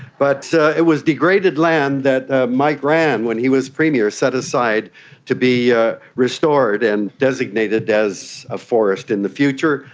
but it was degraded land that ah mike rann when he was premier set aside to be ah restored and designated as a forest in the future.